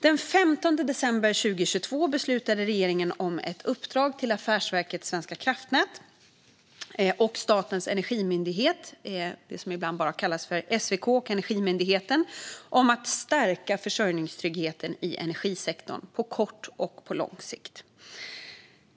Den 15 december 2022 beslutade regeringen om ett uppdrag till Affärsverket svenska kraftnät och Statens energimyndighet - det som ibland kallas bara Svenska kraftnät och Energimyndigheten - om att stärka försörjningstryggheten i energisektorn på kort och lång sikt.